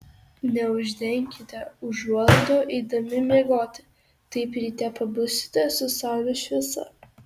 neuždenkite užuolaidų eidami miegoti taip ryte pabusite su saulės šviesa